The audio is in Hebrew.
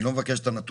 אני לא מבקש את הנתון.